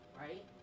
right